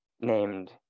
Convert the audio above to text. named